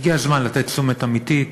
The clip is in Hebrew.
הגיע הזמן לתת תשומת לב אמיתית